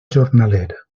jornaler